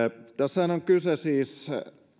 on kyse siis